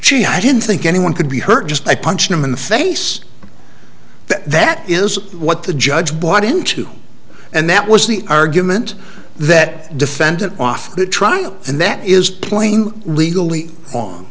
she i didn't think anyone could be hurt just by punching him in the face that that is what the judge bought into and that was the argument that defendant off the trial and that is playing legally on